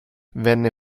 venne